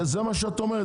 זה מה שאת אומרת?